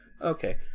Okay